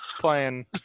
playing